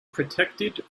protected